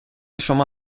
شما